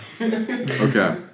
Okay